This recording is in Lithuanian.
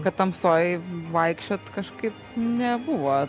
kad tamsoj vaikščiot kažkaip nebuvo